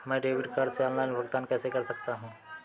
मैं debit card से online भुगतान कैसे कर सकता हूँ?